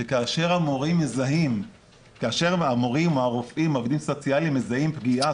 שכאשר המורים או הרופאים או העובדים הסוציאליים מזהים פגיעה,